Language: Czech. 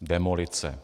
Demolice.